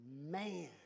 Man